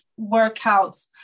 workouts